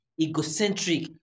egocentric